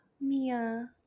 Mia